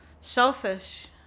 Selfish